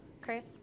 Chris